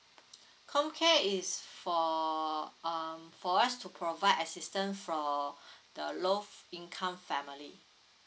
comcare is for um for us to provide assistance for the low income family